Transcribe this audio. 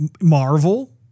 Marvel